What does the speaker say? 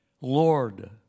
Lord